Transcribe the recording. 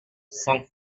sans